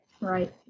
right